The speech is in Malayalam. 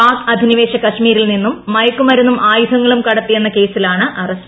പാക് അധിനിവേശ കശ്മീരിൽ നിന്നും മയക്കുമരുന്നും ആയുധങ്ങളും കടത്തിയെന്ന കേസിലാണ് അറസ്റ്റ്